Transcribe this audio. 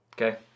Okay